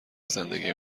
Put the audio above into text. زندگی